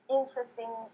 interesting